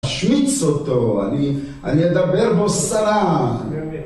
אשמיץ אותו, אני... אני אדבר בו סרה!